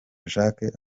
jack